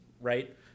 right